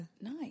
Nice